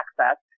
access